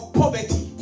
poverty